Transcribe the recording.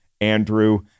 Andrew